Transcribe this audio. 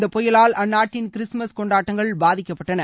இந்த புயலால் அந்நாட்டின் கிறிஸ்துமஸ் கொண்டாட்டங்கள் பாதிக்கப்பட்டன